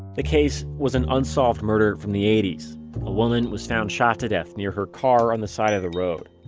the case was an unsolved murder from the eighty s a woman was found shot to death near her car on the side of the road.